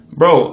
bro